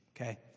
Okay